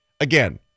Again